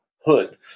hood